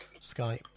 Skype